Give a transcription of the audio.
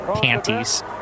panties